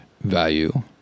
value